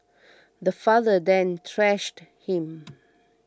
the father then thrashed him